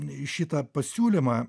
šitą pasiūlymą